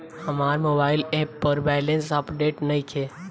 हमार mobile app पर balance update नइखे